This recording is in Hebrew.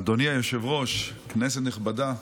אדוני היושב-ראש, כנסת נכבדה,